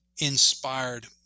inspired